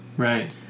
Right